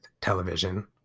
television